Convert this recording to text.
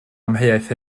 amheuaeth